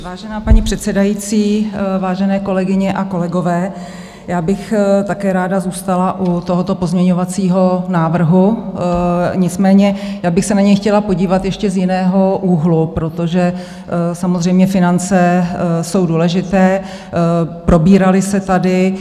Vážená paní předsedající, vážené kolegyně a kolegové, také bych ráda zůstala u tohoto pozměňovacího návrhu, nicméně bych se na něj chtěla podívat ještě z jiného úhlu, protože samozřejmě finance jsou důležité, probíraly se tady.